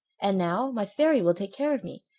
and now my fairy will take care of me,